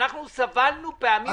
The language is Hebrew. אנחנו סבלנו פעמים רבות.